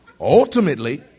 Ultimately